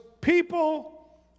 people